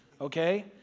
okay